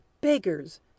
beggars